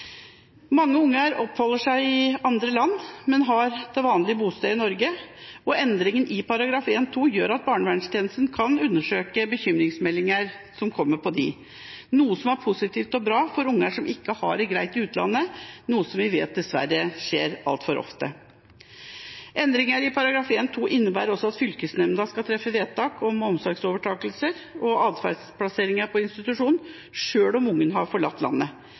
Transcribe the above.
Mange barn oppholder seg i andre land, men har til vanlig bosted i Norge. Endringen i § 1-2 gjør at barnevernstjenesten kan undersøke bekymringsmeldinger som kommer for disse – noe som er positivt og bra for barn som ikke har det greit i utlandet, noe vi dessverre vet skjer altfor ofte. Endringen i § 1-2 innebærer også at fylkesnemnda skal treffe vedtak om omsorgsovertakelse og adferdsplassering på institusjon, selv om barnet har forlatt landet,